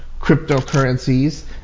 cryptocurrencies